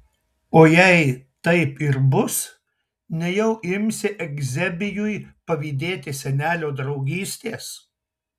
o jei taip ir bus nejau imsi euzebijui pavydėti senelio draugystės